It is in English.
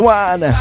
one